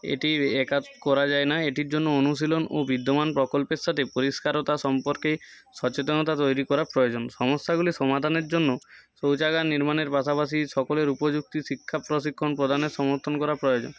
এটি একা করা যায় না এটির জন্য অনুশীলন ও বিদ্ধমান প্রকল্পের সাথে পরিষ্কারতা সম্পর্কে সচেতনতা তৈরি করা প্রয়োজন সমস্যাগুলি সমাধানের জন্য শৌচাগার নির্মাণের পাশাপাশি সকলের উপযুক্তি শিক্ষা প্রশিক্ষণ প্রদানের সমর্থন করা প্রয়োজন